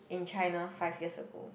in China five years ago